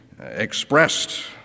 expressed